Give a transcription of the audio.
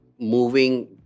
moving